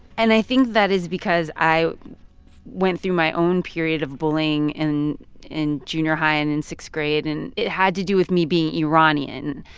and i think that is because i went through my own period of bullying in in junior high and in sixth grade and it had to do with me be iranian.